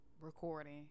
recording